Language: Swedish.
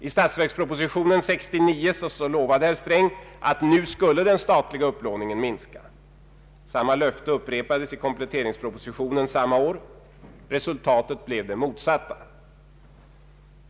I statsverkspropositionen 1969 lovade herr Sträng att den statliga upplåningen skulle minska. Detta löfte upprepades i -. kompletteringspropositionen samma år. Resultatet blev det motsatta.